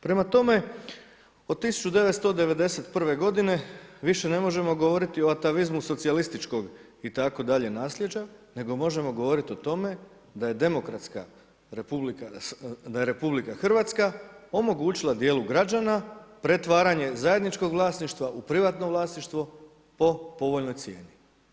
Prema tome od 1991.g. više ne možemo govoriti o atavizmu socijalističkog itd. naslijeđa, nego možemo govoriti o tome da je demografska, da je RH, omogućila dijelu građana pretvaranje zajedničkog vlasništva u privatno vlasništvo po povoljnoj cijeni.